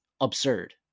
absurd